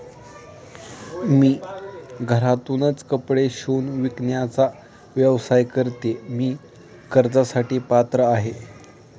मी घरातूनच कपडे शिवून विकण्याचा व्यवसाय करते, मी कर्जासाठी पात्र आहे का?